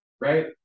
Right